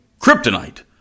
kryptonite